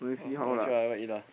ah I'll see whatever I eat ah